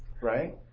right